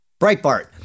Breitbart